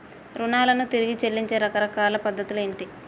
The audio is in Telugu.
రుణాలను తిరిగి చెల్లించే రకరకాల పద్ధతులు ఏంటి?